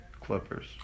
Clippers